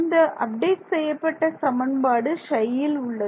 இந்த அப்டேட் செய்யப்பட்ட சமன்பாடு Ψயில் உள்ளது